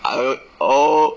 I will oh